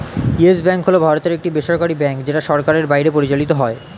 yes Bank হল ভারতের একটি বেসরকারী ব্যাঙ্ক যেটা সরকারের বাইরে পরিচালিত হয়